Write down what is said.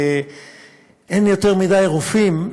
אין יותר מדי רופאים,